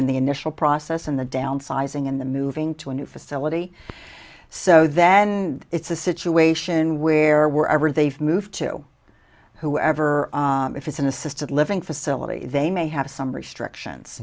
in the initial process in the downsizing in the moving to a new facility so then it's a situation where we're over they've moved to whoever if it's an assisted living facility they may have some restrictions